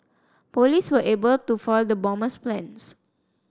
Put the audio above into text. police were able to foil the bomber's plans